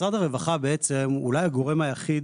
משרד הרווחה הוא בעצם אולי הגורם היחיד